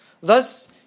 Thus